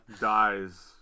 dies